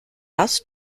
else